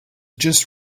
just